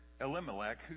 Elimelech